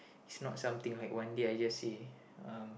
it's not something like one day I just say um